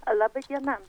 laba diena